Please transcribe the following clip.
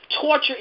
torture